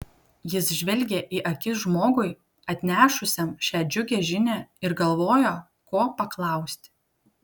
jis žvelgė į akis žmogui atnešusiam šią džiugią žinią ir galvojo ko paklausti